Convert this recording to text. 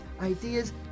ideas